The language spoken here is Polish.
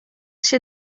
się